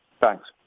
Thanks